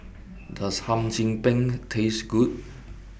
Does Hum Chim Peng Taste Good